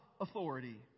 authority